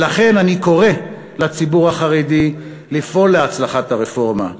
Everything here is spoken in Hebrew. ולכן אני קורא לפעול להצלחת הרפורמה,